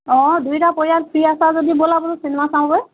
অঁ দুইটা পৰিয়াল ফ্ৰী আছা যদি ব'লা বোলো চিনেমা চাওঁগৈ